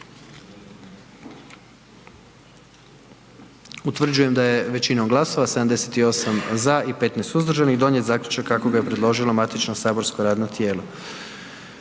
Utvrđujem da je većinom glasova 78 za i 15 suzdržanih donijet zaključak kako ga je predložilo matično saborsko radno tijelo.